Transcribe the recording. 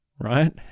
right